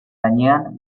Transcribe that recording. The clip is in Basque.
gainean